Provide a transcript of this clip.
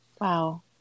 Wow